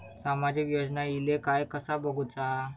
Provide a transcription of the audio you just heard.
सामाजिक योजना इले काय कसा बघुचा?